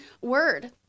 word